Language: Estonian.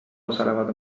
osalevad